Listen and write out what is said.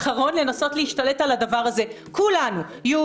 האחרון של כולנו לנסות להשתלט על הדבר הזה,